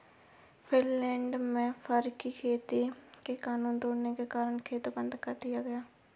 Finland में fur की खेती के कानून तोड़ने के कारण खेत बंद कर दिया गया